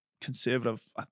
conservative –